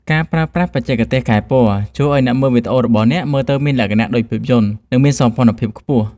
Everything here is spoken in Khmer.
ការប្រើប្រាស់បច្ចេកទេសកែពណ៌ ជួយឱ្យវីដេអូរបស់អ្នកមើលទៅមានលក្ខណៈដូចភាពយន្ត និងមានសោភ័ណភាពខ្ពស់។